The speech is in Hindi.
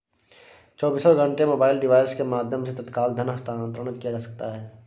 चौबीसों घंटे मोबाइल डिवाइस के माध्यम से तत्काल धन हस्तांतरण किया जा सकता है